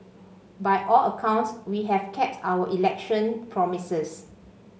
by all accounts we have kept our election promises